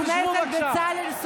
הכנסת יואב קיש.